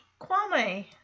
Kwame